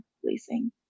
policing